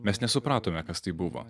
mes nesupratome kas tai buvo